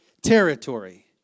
territory